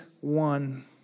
one